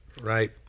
Right